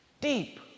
deep